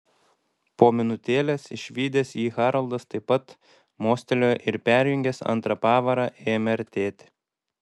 po minutėlės išvydęs jį haroldas taip pat mostelėjo ir perjungęs antrą pavarą ėmė artėti